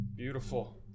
Beautiful